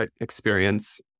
experience